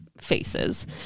faces